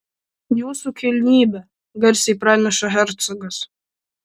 jūsų kilnybe garsiai praneša hercogas